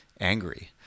angry